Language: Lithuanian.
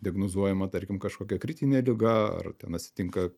diagnozuojama tarkim kažkokia kritinė liga ar ten atsitinka